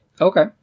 Okay